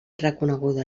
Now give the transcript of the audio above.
reconeguda